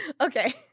okay